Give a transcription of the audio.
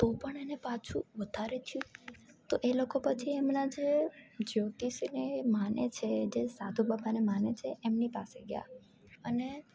તો પણ એને પાછું વધારે થયું તો એ લોકો પછી એમના જે જ્યોતિષને એ માને છે જે સાધુ બાબાને માને છે એમની પાસે ગયા અને